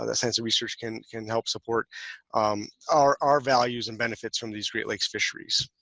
ah the science and research can can help support our our values and benefits from these great lakes fisheries.